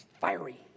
fiery